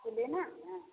आपको लेना भी है